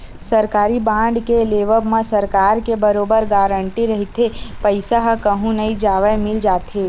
सरकारी बांड के लेवब म सरकार के बरोबर गांरटी रहिथे पईसा ह कहूँ नई जवय मिल जाथे